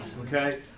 Okay